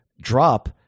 drop